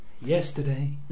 Yesterday